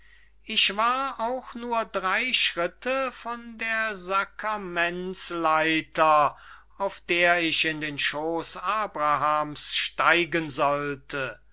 ich war auch nur drey schritte von der sakerments leiter auf der ich in den schoos abrahams steigen sollte